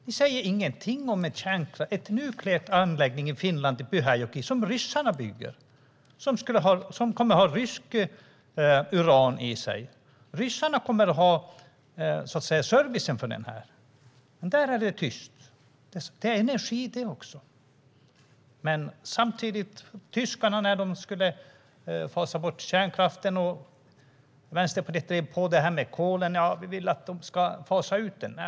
Ni säger ingenting om en nukleär anläggning som ryssarna bygger i Pyhäjoki i Finland och som kommer att ha ryskt uran i sig. Ryssarna kommer så att säga att stå för servicen av anläggningen. Där är det tyst från Moderaterna, men det är energi det också. När tyskarna skulle fasa bort kärnkraften tog Vänsterpartiet upp det här med kolet. Vi ville att de skulle fasa ut det också.